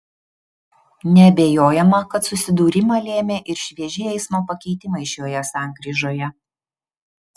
neabejojama kad susidūrimą lėmė ir švieži eismo pakeitimai šioje sankryžoje